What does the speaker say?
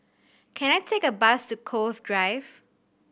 can I take a bus to Cove Drive